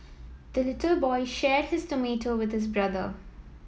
the little boy shared his tomato with this brother